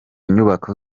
nyubako